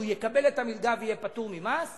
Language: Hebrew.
הוא יקבל את המלגה ויהיה פטור ממס.